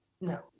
No